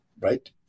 right